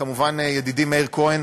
כמובן, ידידי מאיר כהן,